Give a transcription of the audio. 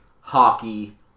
hockey